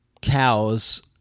cows